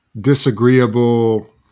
disagreeable